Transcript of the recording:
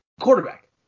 quarterback